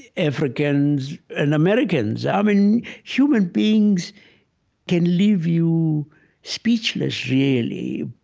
africans, and americans. um and human beings can leave you speechless, really.